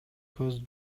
көз